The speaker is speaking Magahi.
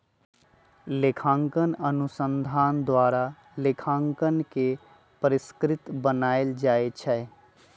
लेखांकन अनुसंधान द्वारा लेखांकन के परिष्कृत बनायल जाइ छइ